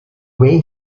way